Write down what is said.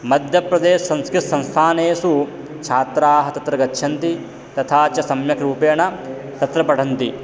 मध्यप्रदेशसंस्कृतसंस्थानेषु छात्राः तत्र गच्छन्ति तथा च सम्यक्रूपेण तत्र पठन्ति